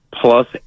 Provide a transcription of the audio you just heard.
plus